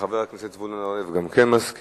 חבר כנסת כרמל שאמה, גם מסכים.